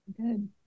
Good